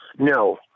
No